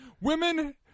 Women